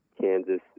Kansas